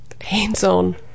hands-on